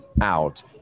out